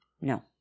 No